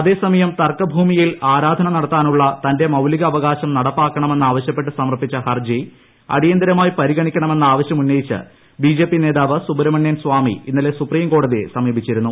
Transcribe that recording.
അതേസമയം തർക്കഭൂമിയിൽ ആരാധന നടത്താനുള്ള തന്റെ മൌലികാവകാശം നടപ്പാക്കണമെന്ന് ആവശ്യപ്പെട്ട് സമർപ്പിച്ച ഹർജി അടിയന്തിരമായി പരിഗണിക്കണമെന്ന ആവശ്യം ഉന്നയിച്ച് ബി ജെ പി നേതാവ് സുബ്രഹ്മണ്യസ്വാമി ഇന്നലെ സുപ്രിംകോടതിയെ സമീപിച്ചിരുന്നു